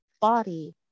body